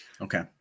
Okay